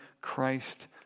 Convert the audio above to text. Christ